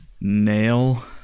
nail